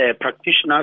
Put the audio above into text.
practitioners